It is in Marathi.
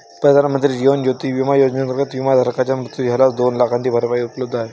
प्रधानमंत्री जीवन ज्योती विमा योजनेअंतर्गत, विमाधारकाचा मृत्यू झाल्यास दोन लाखांची भरपाई उपलब्ध आहे